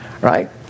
right